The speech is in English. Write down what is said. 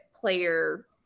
player